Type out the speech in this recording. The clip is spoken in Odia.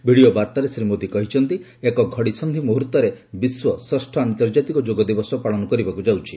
ଭିଡ଼ିଓ ବାର୍ତାରେ ଶ୍ରୀ ମୋଦୀ କହିଛନ୍ତି ଏକ ଘଡ଼ିସନ୍ଧି ମୁହର୍ଉରେ ବିଶ୍ୱ ଷଷ୍ଠ ଆନ୍ତର୍କାତିକ ଯୋଗ ଦିବସ ପାଳନ ହେବାକୁ ଯାଉଛି